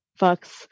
fucks